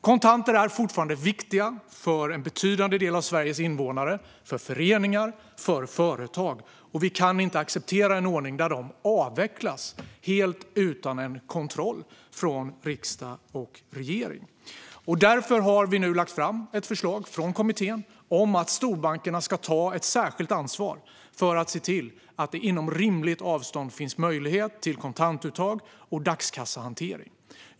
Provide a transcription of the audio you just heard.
Kontanter är fortfarande viktiga för en betydande del av Sveriges invånare, för föreningar och för företag. Vi kan inte acceptera en ordning där kontanter avvecklas helt utan en kontroll från riksdag och regering. Därför har vi nu lagt fram ett förslag från kommittén om att storbankerna ska ta ett särskilt ansvar för att se till att det inom rimligt avstånd finns möjlighet till kontantuttag och dagskassehantering.